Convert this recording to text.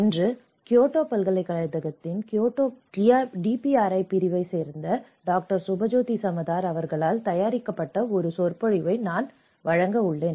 இன்று கியோட்டோ பல்கலைக்கழகத்தின் கியோட்டோ டிபிஆர்ஐவைச் சேர்ந்த டாக்டர் சுபஜயோதி சமதார் அவர்களால் தயாரிக்கப்பட்ட ஒரு சொற்பொழிவை இன்று நான் வழங்க உள்ளேன்